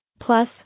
Plus